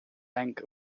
henk